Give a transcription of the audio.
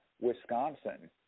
Wisconsin